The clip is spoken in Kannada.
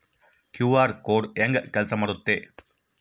ಕ್ಯೂ.ಆರ್ ಕೋಡ್ ಹೆಂಗ ಕೆಲಸ ಮಾಡುತ್ತೆ?